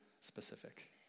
specific